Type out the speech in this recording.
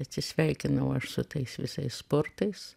atsisveikinau aš su tais visais sportais